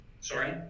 sorry